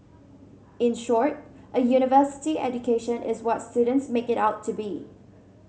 in short a university education is what students make it out to be